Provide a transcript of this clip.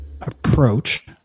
approach